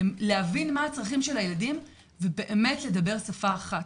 להבין מה הצרכים של הילדים ובאמת לדבר בשפה אחת